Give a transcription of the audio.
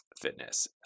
fitness